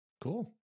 Cool